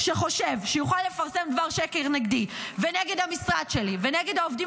שחושב שיוכל לפרסם דבר שקר נגדי ונגד המשרד שלי ונגד העובדים